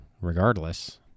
regardless